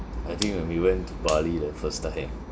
I think when we went to bali the first time